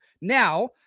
Now